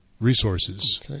resources